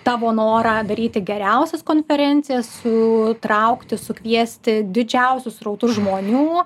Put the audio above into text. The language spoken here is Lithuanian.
tavo norą daryti geriausias konferencijas sutraukti sukviesti didžiausius srautus žmonių